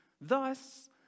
Thus